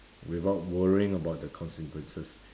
without worrying about the consequences